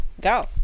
Go